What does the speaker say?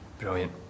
Brilliant